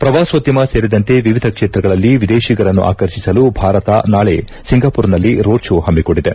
ಪ್ರವಾಸೋದ್ಧಮ ಸೇರಿದಂತೆ ವಿವಿಧ ಕ್ಷೇತ್ರಗಳಲ್ಲಿ ದೇಶಕ್ಕೆ ವಿದೇತಿಗರನ್ನು ಆಕರ್ಷಿಸಲು ಭಾರತ ನಾಳೆ ಸಿಂಗಪೂರನಲ್ಲಿ ರೋಡ್ ಕೋ ಹಮಿಕೊಂಡಿದೆ